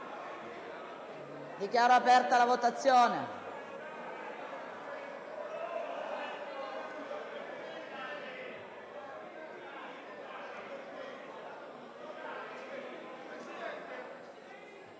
Dichiaro aperta la votazione.